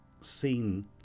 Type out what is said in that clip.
seen